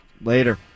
Later